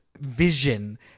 vision